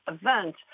event